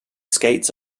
skates